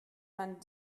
man